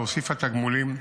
שהוסיפה תגמולים,